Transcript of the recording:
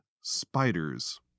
Spiders